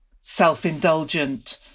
self-indulgent